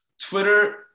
Twitter